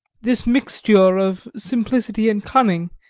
this mixture of simplicity and cunning,